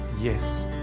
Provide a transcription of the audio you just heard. Yes